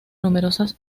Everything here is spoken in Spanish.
numerosas